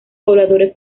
pobladores